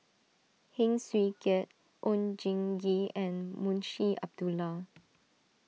Heng Swee Keat Oon Jin Gee and Munshi Abdullah